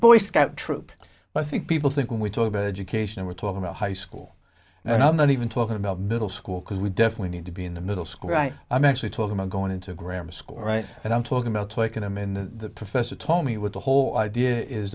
boy scout troop i think people think when we talk about education we're talking about high school and i'm not even talking about middle school because we definitely need to be in the middle school right i'm actually talking about going into grammar school right and i'm talking about taking them in the professor told me with the whole idea is